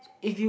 if you